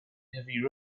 heavy